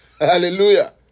Hallelujah